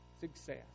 success